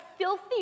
filthy